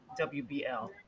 WBL